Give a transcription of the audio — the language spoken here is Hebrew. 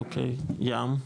אוקי, ים?